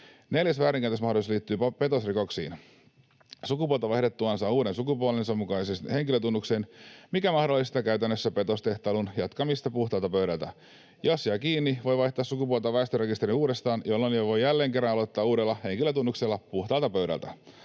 Neljäs väärinkäytösmahdollisuus liittyy petosrikoksiin. Sukupuolta vaihdettuaan saa uuden sukupuolensa mukaisen henkilötunnuksen, mikä mahdollistaa käytännössä petostehtailun jatkamisen puhtaalta pöydältä. Jos jää kiinni, voi vaihtaa sukupuolta väestörekisteriin uudestaan, jolloin voi jälleen kerran aloittaa uudella henkilötunnuksella puhtaalta pöydältä.